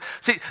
see